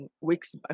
weeks